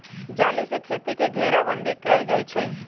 जाली से खेती के घेराबन्दी कएल जाइ छइ